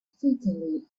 frequently